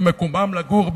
ומקומם לגור,